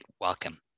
welcome